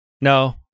No